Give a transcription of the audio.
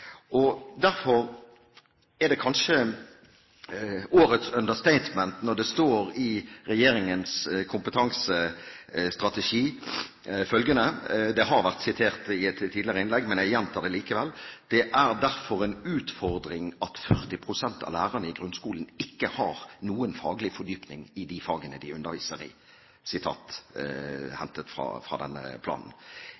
Derfor er det kanskje årets understatement når det står følgende i regjeringens kompetansestrategi – det har vært sitert i et tidligere innlegg, men jeg gjentar det likevel: «Det er derfor en utfordring at 40 prosent av lærerne i grunnskolen ikke har noen faglig fordypning i fagene de underviser i».